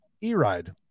E-Ride